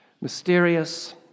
Mysterious